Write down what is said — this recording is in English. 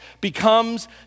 becomes